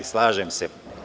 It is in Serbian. Slažem se.